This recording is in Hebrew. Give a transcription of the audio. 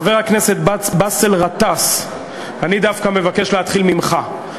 חבר הכנסת באסל גטאס, אני דווקא מבקש להתחיל ממך.